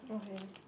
okay